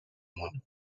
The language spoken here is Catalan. món